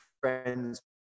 friends